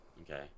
Okay